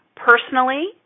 Personally